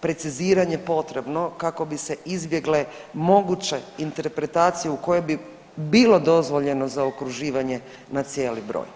preciziranje potrebno kako bi se izbjegle moguće interpretacije u koje bi bilo dozvoljeno zaokruživanje na cijeli broj.